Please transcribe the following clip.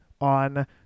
on